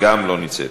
לא נמצאת.